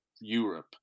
Europe